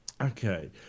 Okay